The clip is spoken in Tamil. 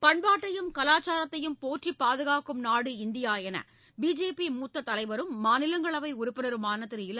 பண்பாட்டையும் கலாச்சாரத்தையும் போற்றிப் பாதுகாக்கும் நாடு இந்தியா என்று பிஜேபி மூத்த தலைவரும் மாநிலங்களவை உறுப்பினருமான திரு இல